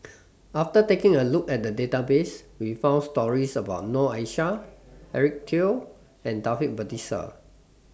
after taking A Look At The Database We found stories about Noor Aishah Eric Teo and Taufik Batisah